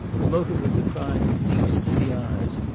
the motive of the crime leaps to the eyes.